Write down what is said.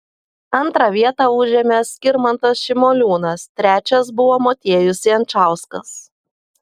antrą vietą užėmė skirmantas šimoliūnas trečias buvo motiejus jančauskas